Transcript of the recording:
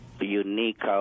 unique